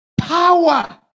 power